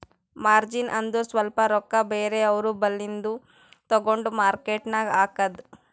margin ಅಂದುರ್ ಸ್ವಲ್ಪ ರೊಕ್ಕಾ ಬೇರೆ ಅವ್ರ ಬಲ್ಲಿಂದು ತಗೊಂಡ್ ಮಾರ್ಕೇಟ್ ನಾಗ್ ಹಾಕದ್